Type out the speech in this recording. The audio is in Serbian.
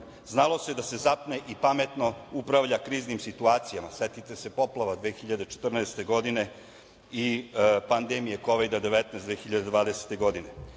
Znalo se da se zapne i pametno upravlja kriznim situacijama, setite se poplava 2014. godine i pandemije Kovida 19 2020. godine.